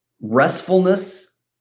restfulness